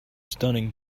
stunning